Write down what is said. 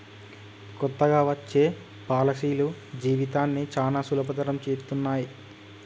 కొత్తగా వచ్చే పాలసీలు జీవితాన్ని చానా సులభతరం చేత్తన్నయి